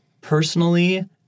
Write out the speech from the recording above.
personally